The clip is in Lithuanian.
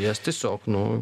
jas tiesiog nu